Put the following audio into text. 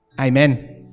amen